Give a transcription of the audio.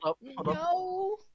No